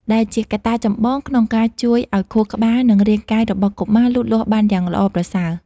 ដែលជាកត្តាចម្បងក្នុងការជួយឱ្យខួរក្បាល និងរាងកាយរបស់កុមារលូតលាស់បានយ៉ាងល្អប្រសើរ។